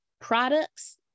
products